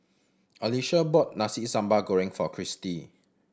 Alesha bought Nasi Sambal Goreng for Christie